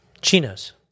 Chinos